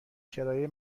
کرایه